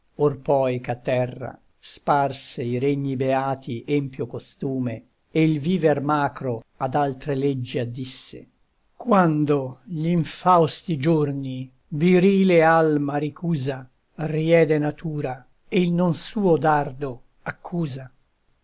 or poi ch'a terra sparse i regni beati empio costume e il viver macro ad altre leggi addisse quando gl'infausti giorni virile alma ricusa riede natura e il non suo dardo accusa